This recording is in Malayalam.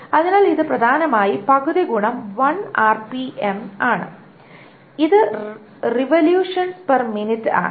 അതിനാൽ ഇത് പ്രധാനമായും പകുതി ഗുണം 1 ആർപിഎം 12 x 1 rpm ആണ് ഇത് റിവൊല്യൂഷൻസ് പെർ മിനിറ്റ് ആണ്